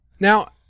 Now